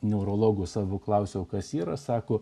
neurologo savo klausiau kas yra sako